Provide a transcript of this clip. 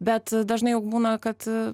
bet dažnai būna kad